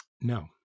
No